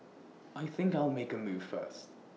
I think I'll make A move first